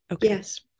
Yes